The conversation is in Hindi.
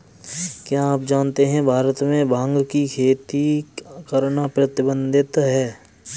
क्या आप जानते है भारत में भांग की खेती करना प्रतिबंधित है?